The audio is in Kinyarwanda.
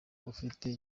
afite